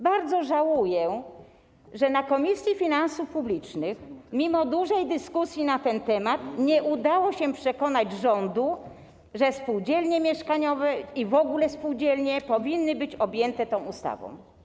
Bardzo żałuję, że na posiedzeniu Komisji Finansów Publicznych mimo dużej dyskusji na ten temat nie udało się przekonać rządu, że spółdzielnie mieszkaniowe - i w ogóle spółdzielnie - powinny być objęte tą ustawą.